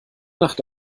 nacht